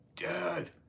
Dad